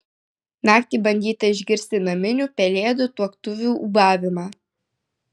naktį bandyta išgirsti naminių pelėdų tuoktuvių ūbavimą